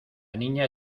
niña